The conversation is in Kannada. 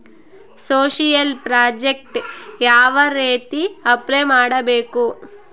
ಸೋಶಿಯಲ್ ಪ್ರಾಜೆಕ್ಟ್ ಯಾವ ರೇತಿ ಅಪ್ಲೈ ಮಾಡಬೇಕು?